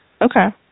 Okay